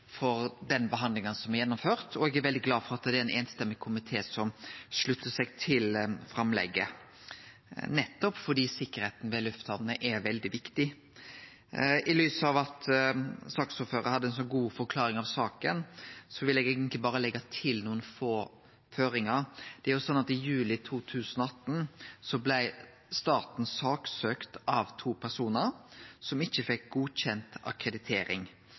for den behandlinga som er gjennomført. Eg er veldig glad for at det er ein samrøystes komité som sluttar seg til framlegget, nettopp fordi sikkerheita ved lufthamnene er veldig viktig. I lys av at Myrli hadde ei så god forklaring av saka, vil eg eigentleg berre leggje til nokre få føringar. I juli 2018 blei staten saksøkt av to personar som ikkje fekk godkjent akkreditering.